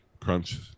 crunch